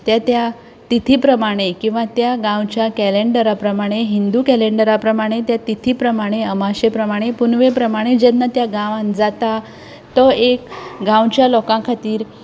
ते त्या तिथी प्रमाणे किंवां त्या गांवच्या कॅलेंडरा प्रमाणे हिंदू कॅलेंडरा प्रमाणे ते तिथी प्रमाणे उमाशे प्रमाणे पुनवे प्रमाणे जेन्ना त्या गांवांत जाता तो एक गांवच्या लोकां खातीर